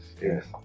Yes